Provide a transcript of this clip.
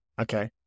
Okay